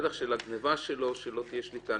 בטח לגניבה שלו, שלא תהיה שליטה.